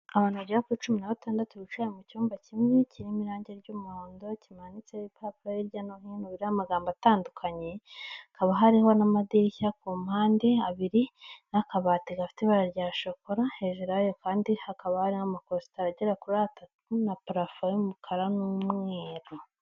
Abantu bagera kuri cumi na batandatu bicaye mu cyumba kinini kirimo irange ry'umuhondo kimanitse ipaparo hirya no hino biriho amagambo atandukanye, hakaba hariho n'amadirishya ku mpande abiri n'akabati gafite ibara rya shokora, hejuru yayo kandi hakaba hariho amakositara agera kuri atatu na parafo y'umukara n'umweru.